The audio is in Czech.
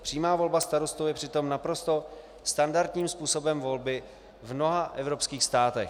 Přímá volba starostů je přitom naprosto standardním způsobem volby v mnoha evropských státech.